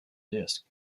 disc